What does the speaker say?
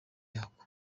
yako